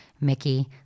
Mickey